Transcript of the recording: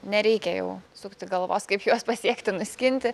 nereikia jau sukti galvos kaip juos pasiekti nuskinti